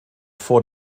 vor